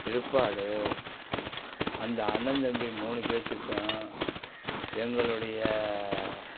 பிற்பாடு அந்த அண்ணன் தம்பி மூணு பேர்த்துக்கும் எங்களுடைய